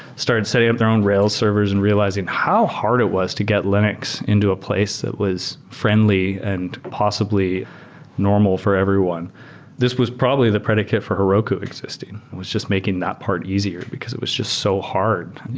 started setting up their own rails servers and realizing how hard it was to get linux into a place that was friendly and possibly normal for everyone this was probably the predicate for heroku existing. it was just making that part easier, because it was just so hard.